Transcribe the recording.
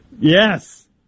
Yes